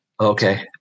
Okay